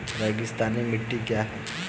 रेगिस्तानी मिट्टी क्या है?